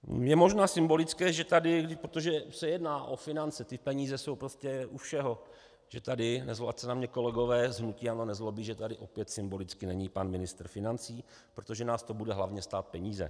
Je možná symbolické, že tady, protože se jedná o finance, peníze jsou prostě u všeho, že tady ať se na mě kolegové z hnutí ANO nezlobí opět symbolicky není pan ministr financí, protože nás to bude hlavně stát peníze.